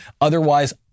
Otherwise